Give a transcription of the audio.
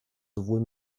sowohl